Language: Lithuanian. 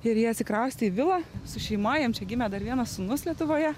ir jie atsikraustė į vilą su šeima jiem čia gimė dar vienas sūnus lietuvoje